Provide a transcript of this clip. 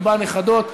ארבע נכדות.